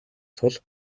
тул